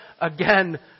again